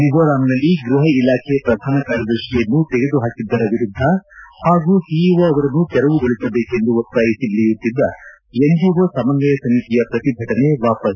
ಮಿಜೋರಾಂನಲ್ಲಿ ಗೃಹ ಇಲಾಖೆ ಪ್ರಧಾನ ಕಾರ್ಯದರ್ತಿಯನ್ನು ತೆಗೆದು ಹಾಕಿದ್ದರ ವಿರುದ್ದ ಹಾಗೂ ಸಿಇಒ ಅವರನ್ನು ತೆರವುಗೊಳಿಸಬೇಕೆಂದು ಒತ್ತಾಯಿಸಿ ನಡೆಯುತ್ತಿದ್ದ ಎನ್ಜಿಒ ಸಮನ್ವಯ ಸಮಿತಿಯ ಪ್ರತಿಭಟನೆ ವಾಪಸ್